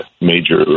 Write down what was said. major